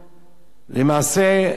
למעשה,